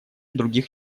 других